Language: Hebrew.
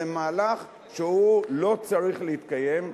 זה מהלך שלא צריך להתקיים,